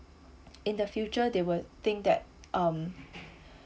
in the future they will think that um